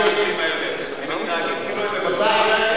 תודה.